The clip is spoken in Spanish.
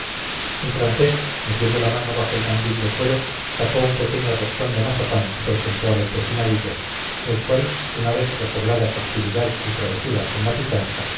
el francés metiendo la mano bajo el mandil de cuero sacó un pequeño roscón de mazapán que presentó al empecinadillo el cual una vez recobrada su actividad y travesura con la pitanza